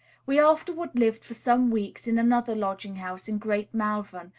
we afterward lived for some weeks in another lodging-house in great malvern,